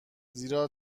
زیرا